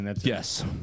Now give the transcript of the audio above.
Yes